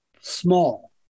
small